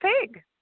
Pig